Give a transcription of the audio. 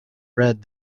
read